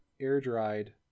air-dried